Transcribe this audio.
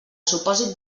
supòsit